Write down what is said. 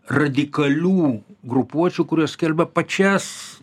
radikalių grupuočių kurios skelbia pačias